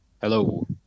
Hello